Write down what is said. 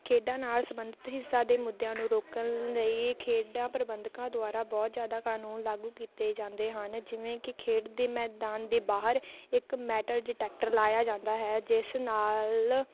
ਖੇਡਾਂ ਨਾਲ ਸੰਬੰਧਿਤ ਹਿੰਸਾ ਦੇ ਮੁੱਦਿਆਂ ਨੂੰ ਰੋਕਣ ਲਈ ਖੇਡਾਂ ਪ੍ਰਬੰਧਕਾਂ ਦੁਆਰਾ ਬਹੁਤ ਜ਼ਿਆਦਾ ਕਾਨੂੰਨ ਲਾਗੂ ਕੀਤੇ ਜਾਂਦੇ ਹਨ ਜਿਵੇਂ ਕਿ ਖੇਡ ਦੇ ਮੈਦਾਨ ਦੇ ਬਾਹਰ ਇੱਕ ਮੈਟਲ ਡਿਟੈਕਟਰ ਲਗਾਇਆ ਜਾਂਦਾ ਹੈ ਜਿਸ ਨਾਲ